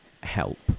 help